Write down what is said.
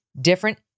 different